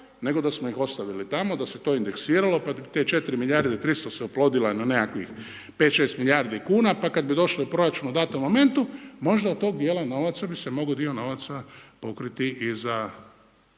nego da smo ih ostavili tamo da se to indeksiralo, pa bi te 4 milijarde 300 se oplodilo na nekakvih 5, 6 milijardi kuna, pa kada bi došle u proračun u datom momentu možda od tog dijela novaca bi se mogao dio novaca pokriti i za